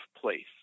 place